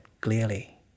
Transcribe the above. clearly